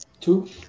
Two